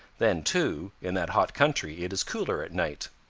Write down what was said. then, too, in that hot country it is cooler at night.